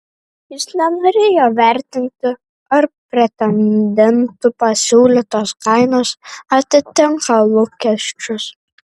jis nenorėjo vertinti ar pretendentų pasiūlytos kainos atitinka lūkesčius